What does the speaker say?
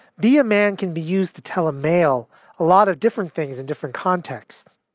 be a man can be used to tell a male a lot of different things in different contexts,